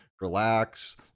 relax